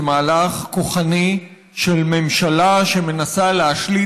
זה מהלך כוחני של ממשלה שמנסה להשליט